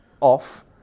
off